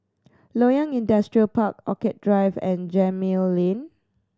Loyang Industrial Park Orchid Drive and Gemmill Lane